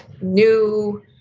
new